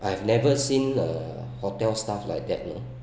I have never seen a hotel's staff like that you know